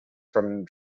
from